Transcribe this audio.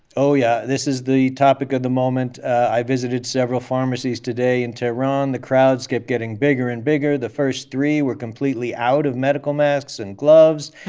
oh, yeah. this is the topic of the moment. i visited several pharmacies today in tehran. the crowds kept getting bigger and bigger. the first three were completely out of medical masks and gloves.